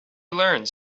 learns